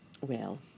Well